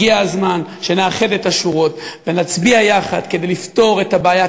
הגיע הזמן שנאחד את השורות ונצביע יחד כדי לפתור את הבעיה,